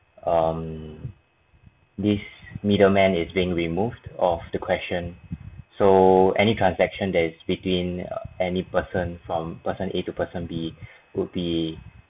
um this middleman is being removed of the question so any transaction that is between any person from person A to person B would be